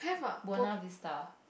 Buona Vista